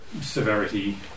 severity